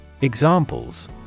Examples